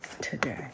today